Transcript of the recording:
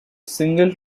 single